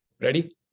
Ready